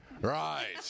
Right